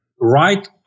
right